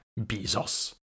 Bezos